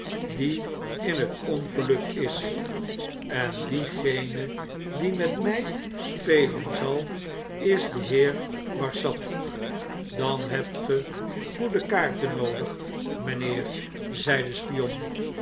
die in het ongeluk is en diegene die met my spelen zal is de heer barsad dan hebt ge goedekaarten noodig mijnheer i zei de